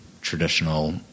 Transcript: traditional